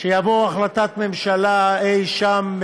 שתבוא החלטת ממשלה אי-שם,